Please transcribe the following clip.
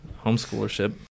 homeschoolership